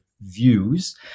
views